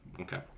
Okay